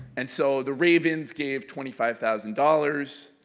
and so the ravens gave twenty five thousand dollars,